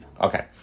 Okay